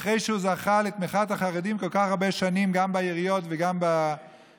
אחרי שהוא זכה לתמיכת החרדים כל כך הרבה שנים גם בעיריות וגם בממשלות,